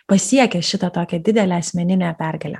pasiekęs šitą tokią didelę asmeninę pergalę